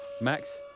Max